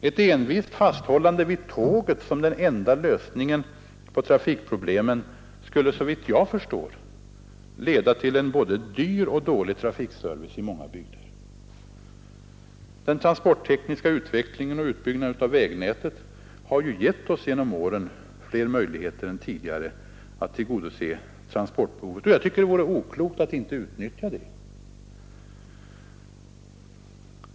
Ett envist fasthållande vid tåget som den enda lösningen på trafikproblemen skulle, såvitt jag förstår, i många bygder leda till en både dyr och dålig trafikservice. Den transporttekniska utvecklingen och utbyggnaden av vägnätet har genom åren givit oss fler möjligheter än tidigare att tillgodose transportbehovet, och det vore oklokt att inte utnyttja de möjligheterna.